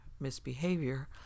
misbehavior